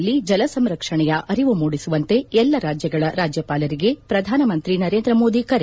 ಯುವಜನತೆಯಲ್ಲಿ ಜಲಸಂರಕ್ಷಣೆಯ ಅರಿವು ಮೂಡಿಸುವಂತೆ ಎಲ್ಲಾ ರಾಜ್ಲಗಳ ರಾಜ್ಲಪಾಲರಿಗೆ ಪ್ರಧಾನಮಂತ್ರಿ ನರೇಂದ್ರ ಮೋದಿ ಕರೆ